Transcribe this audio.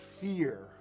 fear